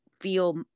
feel